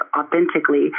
authentically